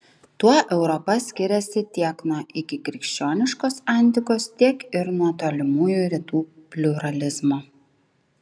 tuo europa skiriasi tiek nuo ikikrikščioniškos antikos tiek ir nuo tolimųjų rytų pliuralizmo